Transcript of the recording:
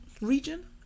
Region